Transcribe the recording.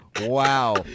wow